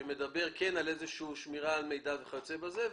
ששם מדובר על שמירה כלשהי על מידע וכיוצא בזה,